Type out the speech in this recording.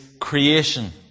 creation